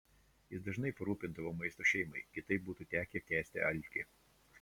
jis dažnai parūpindavo maisto šeimai kitaip būtų tekę kęsti alkį